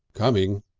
coming.